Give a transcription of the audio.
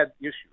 issues